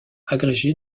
agrégé